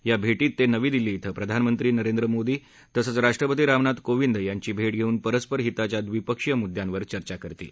या भेटीत ते नवी दिल्ली शें प्रधानमंत्री नरेंद्र मोदी तसंच राष्ट्रपती रामनाथ कोविद यांची भेट घेऊन परस्पर हिताच्या द्विपक्षीय मुद्यांवर चर्चा करतील